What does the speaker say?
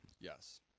Yes